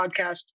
podcast